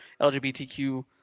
LGBTQ